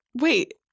Wait